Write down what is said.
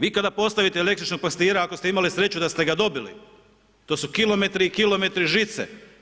Vi kada postavite električnog pastira ako ste imali sreću da ste ga dobili, to su kilometri i kilometri žice.